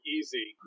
easy